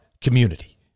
community